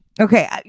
okay